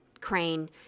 Crane